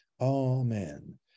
Amen